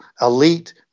elite